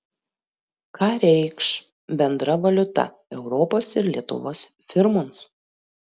ką reikš bendra valiuta europos ir lietuvos firmoms